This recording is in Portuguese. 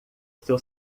seu